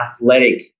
athletic